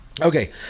okay